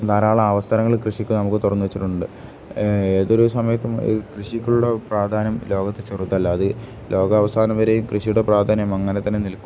ധാരാളം അവസരങ്ങൾ കൃഷിക്ക് നമുക്ക് തുറന്നു വച്ചിട്ടുണ്ട് ഏതൊരു സമയത്തും കൃഷിയിൽ കൂടെ പ്രാധാന്യം ലോകത്ത് ചെറുതല്ല അത് ലോകാവസാനം വരെയും കൃഷിയുടെ പ്രാധാന്യം അങ്ങനെ തന്നെ നിൽക്കും